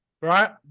right